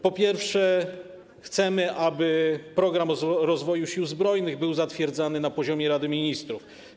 Po pierwsze, chcemy, aby program rozwoju Sił Zbrojnych był zatwierdzany na poziomie Rady Ministrów.